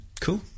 Cool